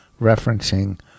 referencing